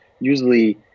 usually